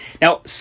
Now